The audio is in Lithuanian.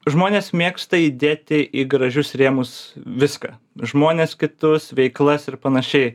žmonės mėgsta įdėti į gražius rėmus viską žmones kitus veiklas ir panašiai